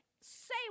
Say